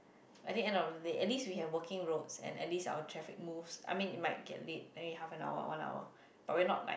I need end of the day at least we got walking route and at least our traffic most I mean in my gap leave maybe half an hour one hour but really not like